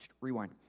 Rewind